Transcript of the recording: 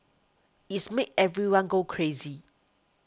it's made everyone go crazy